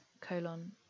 colon